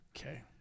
Okay